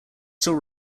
still